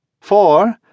four